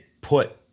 put